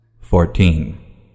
Fourteen